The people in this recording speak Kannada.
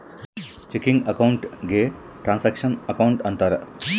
ಚೆಕಿಂಗ್ ಅಕೌಂಟ್ ಗೆ ಟ್ರಾನಾಕ್ಷನ್ ಅಕೌಂಟ್ ಅಂತಾರ